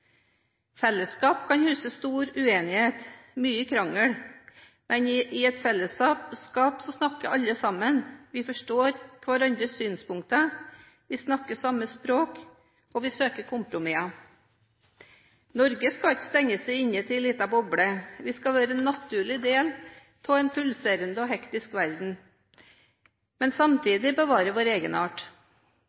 Fellesskap kan huse stor uenighet og mye krangel, men i et fellesskap snakker alle sammen. Vi forstår hverandres synspunkter, vi snakker samme språk, og vi søker kompromisser. Norge skal ikke stenge seg inne i en liten boble. Vi skal være en naturlig del av en pulserende og hektisk verden, men samtidig bevare vår